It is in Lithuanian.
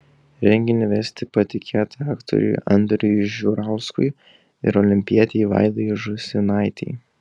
renginį vesti patikėta aktoriui andriui žiurauskui ir olimpietei vaidai žūsinaitei